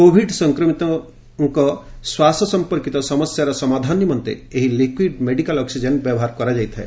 Covid ସଂକ୍ରମିତଙ୍କ ଶ୍ୱାସ ସମ୍ପର୍କିତ ସମସ୍ୟାର ସମାଧାନ ନିମନ୍ତେ ଏହି ଲିକ୍ୱିଡ୍ ମେଡିକାଲ୍ ଅକ୍ଟିଜେନ୍ ବ୍ୟବହାର କରାଯାଇଥାଏ